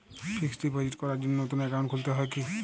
Fix deposit করার জন্য নতুন অ্যাকাউন্ট খুলতে হয় কী?